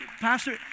pastor